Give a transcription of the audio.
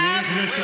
מיכל,